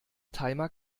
timer